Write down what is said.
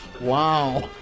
Wow